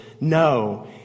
No